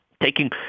taking